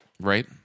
Right